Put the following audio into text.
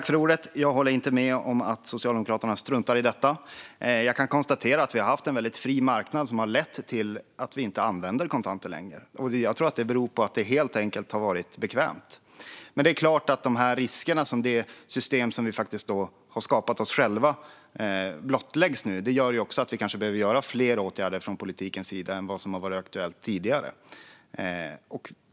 Fru talman! Jag håller inte med om att Socialdemokraterna struntar i detta. Jag kan konstatera att vi har haft en väldigt fri marknad som har lett till att vi inte längre använder kontanter. Jag tror att det beror på att det helt enkelt har varit bekvämt. Men det är klart att riskerna i det system som vi faktiskt har skapat till oss själva blottläggs nu. Det gör också att vi kanske behöver vidta fler åtgärder från politikens sida än vad som varit aktuellt tidigare.